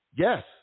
Yes